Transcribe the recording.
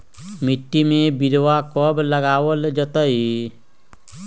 मिट्टी में बिरवा कब लगवल जयतई?